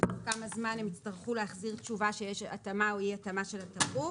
בתוך כמה זמן הם יצטרכו להחזיר תשובה שיש התאמה או אי התאמה של התמרוק